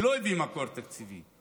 ולא הביאו מקור תקציבי.